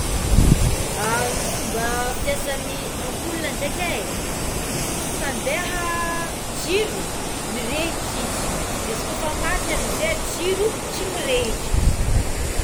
Ny fomba fiasa ny ampola ndreky é izy ko efa mandeha jiro mirehitra izy de izy ko rehefa maty amizay jiro tsy mirehitra izy.